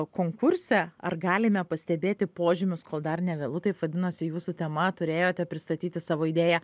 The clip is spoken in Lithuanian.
konkurse ar galime pastebėti požymius kol dar ne vėlu taip vadinosi jūsų tema turėjote pristatyti savo idėją